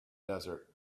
desert